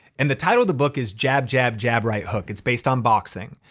and the title of the book is jab, jab, jab, right hook. it's based on boxing.